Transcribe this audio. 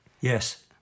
Yes